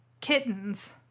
Kittens